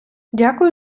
дякую